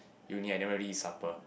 uni I never really supper